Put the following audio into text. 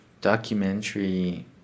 documentary